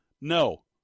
No